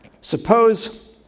suppose